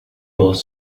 both